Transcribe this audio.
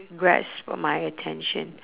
grasp for my attention